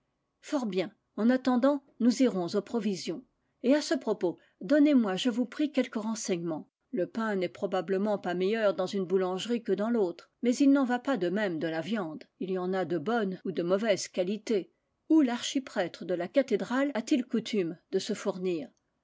fort bien en attendant nous irons aux provisions et à ce propos donnez-moi je vous prie quelques renseigne ments le pain n'est probablement pas meilleur dans une boulangerie que dans l'autre mais il n'en va pas de même de la viande il y en a de bonne ou de mauvaise qualité où l'archiprêtre de la cathédrale a-t-il coutume de se fournir